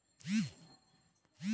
खाता में जमा के स्रोत बता सकी ला का?